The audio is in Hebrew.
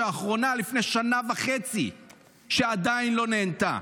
שהאחרונה מלפני שנה וחצי עדיין לא נענתה.